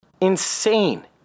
insane